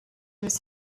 was